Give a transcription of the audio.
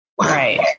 Right